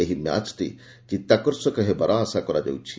ଏହି ମ୍ୟାଚ୍ଟି ଚିତାକର୍ଷକ ହେବାର ଆଶା କରାଯାଉଛି